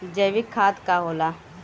जैवीक खाद का होला?